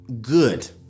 good